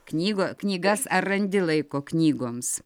knygo knygas ar randi laiko knygoms